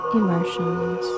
emotions